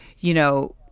you know,